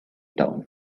town